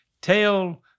tell